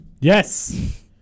Yes